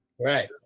Right